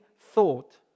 thought